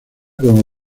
como